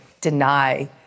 deny